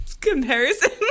comparison